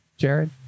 Jared